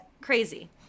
Crazy